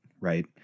right